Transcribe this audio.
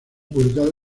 publicado